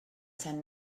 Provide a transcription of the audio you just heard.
tan